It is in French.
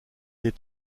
est